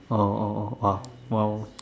oh oh oh ah !wow!